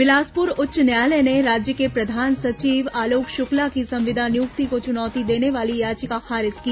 बिलासपुर उच्च न्यायालय ने राज्य के प्रधान सचिव आलोक शुक्ला की संविदा नियुक्ति को चुनौती देने वाली याचिका खारिज की